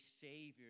savior